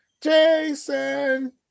Jason